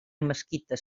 mesquites